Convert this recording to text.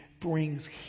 Brings